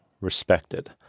respected